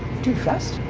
too fast.